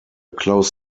close